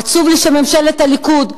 עצוב לי שממשלת הליכוד,